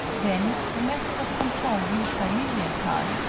then the method of control used by lilienthal,